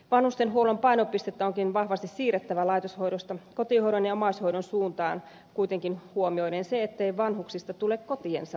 vanhustenhuollon painopistettä onkin vahvasti siirrettävä laitoshoidosta kotihoidon ja omaishoidon suuntaan kuitenkin huomioiden se ettei vanhuksista tule kotiensa vankeja